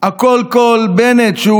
הקול קול בנט,